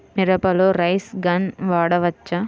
మిరపలో rain gun వాడవచ్చా?